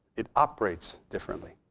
it operates differently.